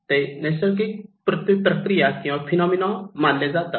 ते नैसर्गिक पृथ्वी प्रक्रिया किंवा फेनोमना मानले जाते